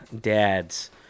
dads